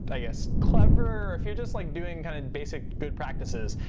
i guess, clever, if you're just like doing kind of basic good practices,